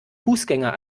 fußgänger